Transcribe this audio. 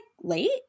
late